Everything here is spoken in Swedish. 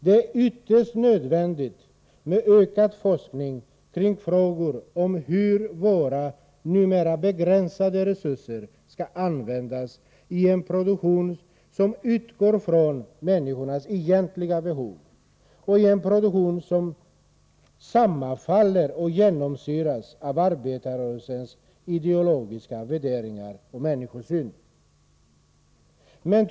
Det är ytterst nödvändigt med ökad forskning kring frågor om hur våra numera begränsade resurser skall användas i en produktion som utgår från människornas egentliga behov och sammanfaller med och genomsyras av arbetarrörelsens ideologiska värderingar och människosyn.